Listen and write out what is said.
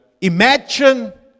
imagine